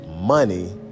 money